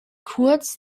kurz